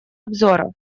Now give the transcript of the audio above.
обзора